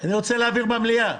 אני רוצה להעביר את זה במליאה.